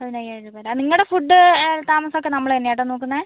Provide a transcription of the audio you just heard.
പതിനയ്യായിരം രൂപ അല്ലേ നിങ്ങളുടെ ഫുഡ് താമസം ഒക്കെ നമ്മൾ തന്നെയാണ് കേട്ടോ നോക്കുന്നത്